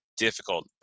difficult